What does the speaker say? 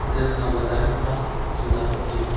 जों आबादारिफ्रा जुनारफोरनि